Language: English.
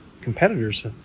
competitors